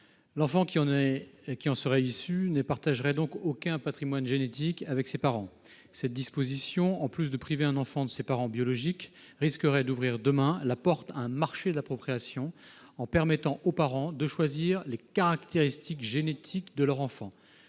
L'enfant qui en serait issu ne partagerait donc aucun patrimoine génétique avec ses parents. Cette disposition, en plus de priver un enfant de ses parents biologiques, risquerait d'ouvrir la porte, demain, à un marché de la procréation en permettant aux parents de choisir les caractéristiques génétiques de leur enfant.